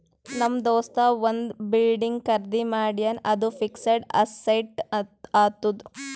ನಮ್ ದೋಸ್ತ ಒಂದ್ ಬಿಲ್ಡಿಂಗ್ ಖರ್ದಿ ಮಾಡ್ಯಾನ್ ಅದು ಫಿಕ್ಸಡ್ ಅಸೆಟ್ ಆತ್ತುದ್